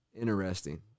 interesting